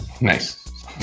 Nice